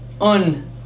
on